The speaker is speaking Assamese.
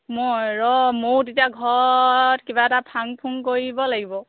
মই ৰ ময়ো তেতিয়া ঘৰত ফাংফুং কৰিব লাগিব